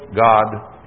God